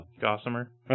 Gossamer